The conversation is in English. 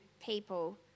people